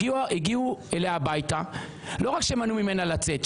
הגיעו אליה הביתה ולא רק שמנעו ממנה לצאת,